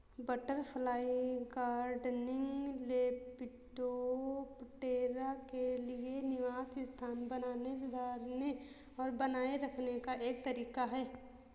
butterfly gardening, Lepidoptera के लिए निवास स्थान बनाने, सुधारने और बनाए रखने का एक तरीका है